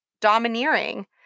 domineering